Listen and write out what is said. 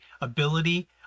ability